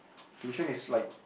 tuition is like